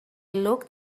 looked